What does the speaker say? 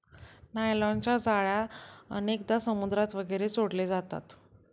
नायलॉनच्या जाळ्या अनेकदा समुद्रात वगैरे सोडले जातात